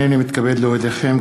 הנני מתכבד להודיעכם,